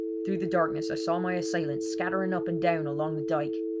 through the darkness i saw my assailants scattering up and down along the dyke.